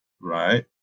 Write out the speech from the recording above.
right